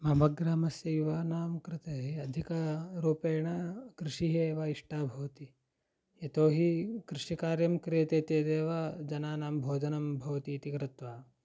मम ग्रामस्य युवानां कृते अधिकरूपेण कृषिः एव इष्टा भवति यतोहि कृषिकार्यं क्रियते चेदेव जनानां भोजनं भवति इति कृत्वा